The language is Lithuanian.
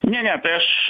ne ne tai aš